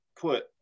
put